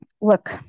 look